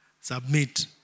submit